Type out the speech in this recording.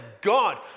God